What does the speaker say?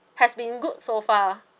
has been good so far lah